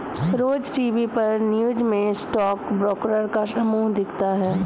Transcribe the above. रोज TV पर news में stock broker का समूह दिखता है